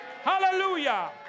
Hallelujah